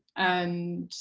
and